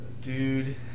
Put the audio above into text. Dude